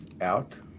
out